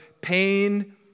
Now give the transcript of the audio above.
pain